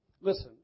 Listen